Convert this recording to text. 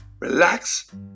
relax